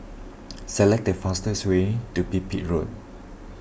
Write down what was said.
select the fastest way to Pipit Road